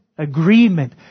agreement